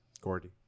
Gordy